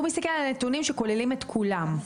הוא מסתכל על הנתונים שכוללים את כולם.